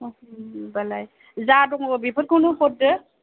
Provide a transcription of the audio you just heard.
होनबालाय जा दङ बेफोरखौनो हरदो